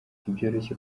ntibyoroshye